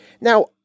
Now